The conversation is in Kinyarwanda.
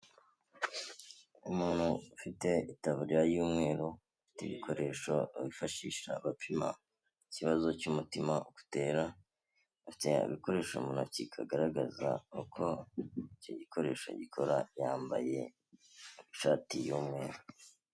Umuntu ufite itaburiya y'umweru ufite ibikoresho abifashisha bapima ikibazo cy'umutima uko utera, afite agakoresho mu ntoki kagaragaza uko icyo gikoresho gikora, yambaye ishati y'umweru.